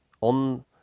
on